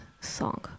song